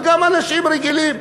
אלא גם לאנשים רגילים?